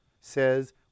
says